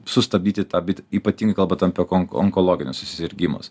sustabdyti tą bet ypatingai kalbant apie onk onkologinius susirgimus